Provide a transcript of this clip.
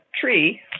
tree